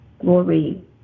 Glory